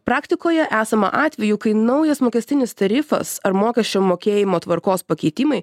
praktikoje esama atvejų kai naujas mokestinis tarifas ar mokesčių mokėjimo tvarkos pakeitimai